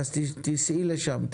אז תיסעי לשם,